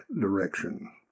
direction